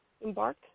embark